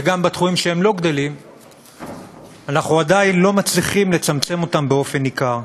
וגם בתחומים שהוא לא גדל אנחנו עדיין לא מצליחים לצמצם אותו באופן ניכר.